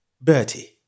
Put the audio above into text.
Bertie